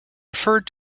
referred